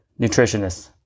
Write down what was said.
nutritionist